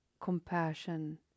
compassion